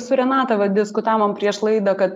su renata va diskutavom prieš laidą kad